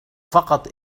فقط